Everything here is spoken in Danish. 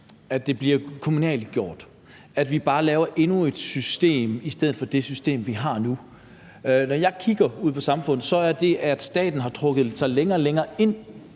at det bliver kommunalgjort, at vi bare laver endnu et system i stedet for det system, vi har nu. Når jeg kigger ud på samfundet, er det det, at staten har trukket sig længere og længere ind